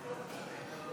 נתקבלה.